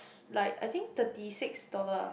like I think thirty six dollar ah